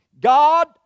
God